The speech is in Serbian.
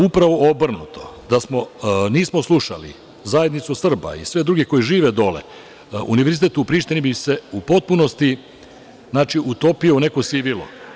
Upravo obrnuto, da nismo slušali zajednicu Srba i svih drugih koji žive dole, Univerzitet u Prištini bi se u potpunosti utopio u neko sivilo.